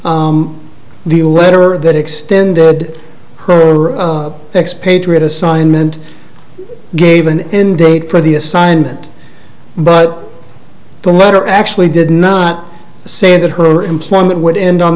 the letter that extended her expatriate assignment gave an end date for the assignment but the letter actually did not say that her employment would end on